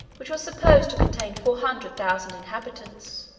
which was supposed to contain four hundred thousand inhabitants.